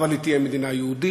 אבל היא תהיה מדינה יהודית,